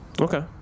Okay